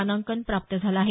मानांकन प्राप्त झालं आहे